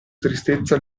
tristezza